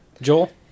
Joel